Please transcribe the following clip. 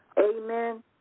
Amen